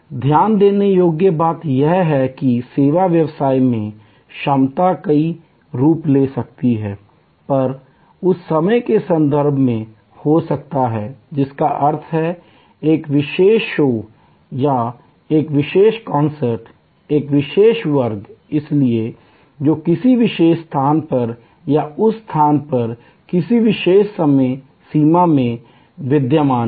ध्यान देने योग्य बात यह है कि सेवा व्यवसाय में क्षमता कई रूप ले सकती है यह उस समय के संदर्भ में हो सकता है जिसका अर्थ है एक विशेष शो या एक विशेष कॉन्सर्ट एक विशेष वर्ग इसलिए जो किसी विशेष स्थान पर या उसी स्थान पर किसी विशेष समय सीमा में विद्यमान है